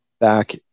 back